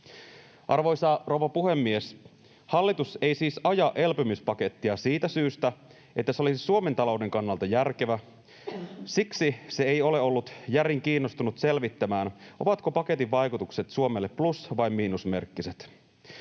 Arvoisa rouva puhemies! Hallitus ei siis aja elpymispakettia siitä syystä, että se olisi Suomen talouden kannalta järkevää. Siksi se ei ole ollut järin kiinnostunut selvittämään, ovatko paketin vaikutukset Suomelle plus- vai miinusmerkkiset.